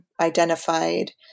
identified